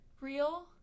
real